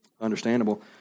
understandable